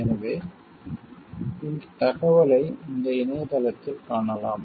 எனவே இந்த தகவலை இந்த இணையதளத்தில் காணலாம்